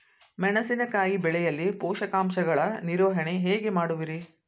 ಮೆಣಸಿನಕಾಯಿ ಬೆಳೆಯಲ್ಲಿ ಪೋಷಕಾಂಶಗಳ ನಿರ್ವಹಣೆ ಹೇಗೆ ಮಾಡುವಿರಿ?